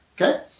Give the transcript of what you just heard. Okay